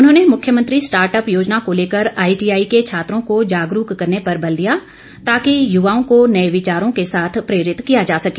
उन्होंने मुख्यमंत्री स्टार्टअप योजना को लेकर आईटीआई के छात्रों को जागरूक करने पर बल दिया ताकि युवाओं को नए विचारों के साथ प्रेरित किया जा सके